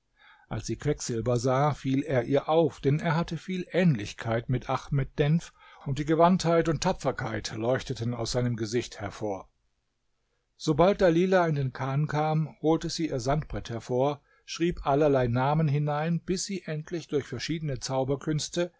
als sie quecksilber sah fiel er ihr auf denn er hatte viel ähnlichkeit mit ahmed denf und die gewandtheit und tapferkeit leuchteten aus seinem gesicht hervor sobald dalilah in den chan kam holte sie ihr sandbrett hervor schrieb allerlei namen hinein bis sie endlich durch verschiedene zauberkünste